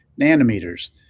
nanometers